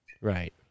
Right